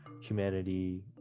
humanity